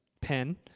pen